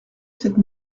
cette